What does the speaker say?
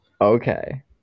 Okay